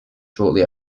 shortly